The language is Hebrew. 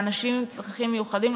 לאנשים עם צרכים מיוחדים,